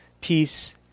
peace